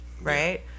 right